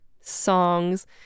songs